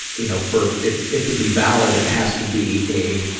you know, for, it, it to be valid, it has to be a,